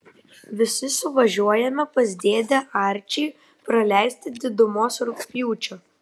visi suvažiuojame pas dėdę arčį praleisti didumos rugpjūčio